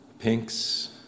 pinks